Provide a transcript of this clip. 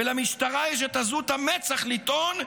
ולמשטרה יש את עזות המצח לטעון,